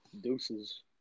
Deuces